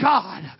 God